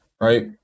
right